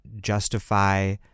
justify